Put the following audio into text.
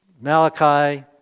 Malachi